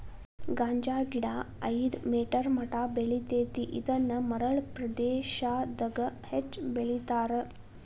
ಗಾಂಜಾಗಿಡಾ ಐದ ಮೇಟರ್ ಮಟಾ ಬೆಳಿತೆತಿ ಇದನ್ನ ಮರಳ ಪ್ರದೇಶಾದಗ ಹೆಚ್ಚ ಬೆಳಿತಾರ